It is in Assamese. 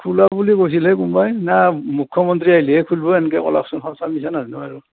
খোলা বুলি কৈছিলে কোনোবাই না মুখ্যমন্ত্ৰী আহিলেহে খোলিব এনেকৈ কলাকচোন সঁচা মিছা নাজানো আৰু